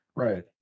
Right